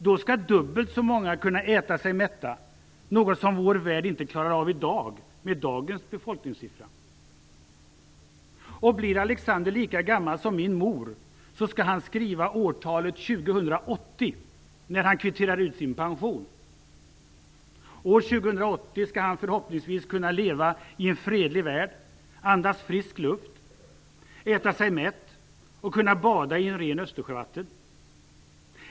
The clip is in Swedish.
Då skall dubbelt så många kunna äta sig mätta - något som vår värld inte klarar av i dag, med dagens befolkningssiffra. Och blir Alexander lika gammal som min mor skall han skriva årtalet 2080 när han kvitterar ut sin pension. År 2080 skall han förhoppningsvis kunna leva i en fredlig värld, andas frisk luft, äta sig mätt och bada i rent Östersjövatten.